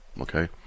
Okay